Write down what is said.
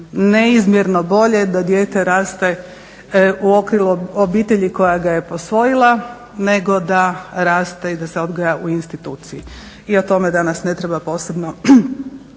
neizmjerno bolje da dijete raste u okrilju obitelji koja ga je posvojila nego da raste i da se odgaja u instituciji. I o tome danas ne treba posebno